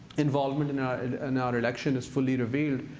involvement in ah and our election is fully revealed,